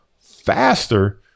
faster